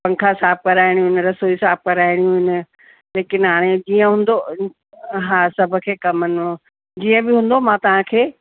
पंखा साफ़ कराइणियू आहिनि रसोई साफ़ कराइणियूं आहिनि लेकिन हाणे जीअं हूंदो हा सभु खे कमनो जीअं बि हूंदो मां तव्हांखे